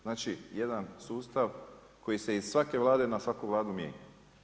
Znači jedan sustav koji se iz svake Vlade i na svaku Vladu mijenja.